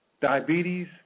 diabetes